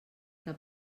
que